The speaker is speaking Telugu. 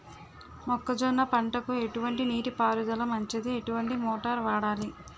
మొక్కజొన్న పంటకు ఎటువంటి నీటి పారుదల మంచిది? ఎటువంటి మోటార్ వాడాలి?